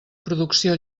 producció